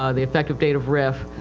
ah the effective date of rif.